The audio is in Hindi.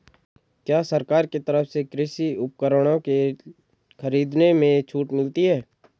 क्या सरकार की तरफ से कृषि उपकरणों के खरीदने में छूट मिलती है?